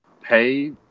pay